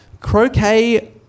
croquet